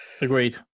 Agreed